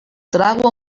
trago